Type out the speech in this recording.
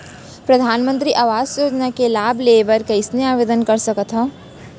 परधानमंतरी आवास योजना के लाभ ले बर कइसे आवेदन कर सकथव?